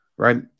Right